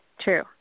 True